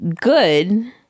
good